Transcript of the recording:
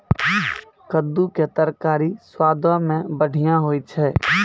कद्दू के तरकारी स्वादो मे बढ़िया होय छै